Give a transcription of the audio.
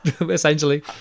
essentially